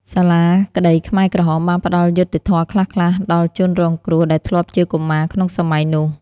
សាលាក្ដីខ្មែរក្រហមបានផ្ដល់យុត្តិធម៌ខ្លះៗដល់ជនរងគ្រោះដែលធ្លាប់ជាកុមារក្នុងសម័យនោះ។